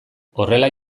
horrela